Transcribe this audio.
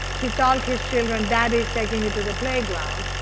he told his children daddy is taking you to the playground.